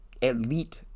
elite